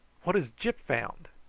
what has gyp found?